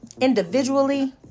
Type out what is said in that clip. individually